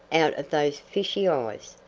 out of those fishy eyes,